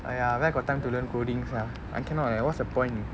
!aiya! where got time to learn coding sia I cannot eh what's the point